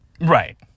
Right